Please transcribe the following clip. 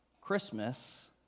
Christmas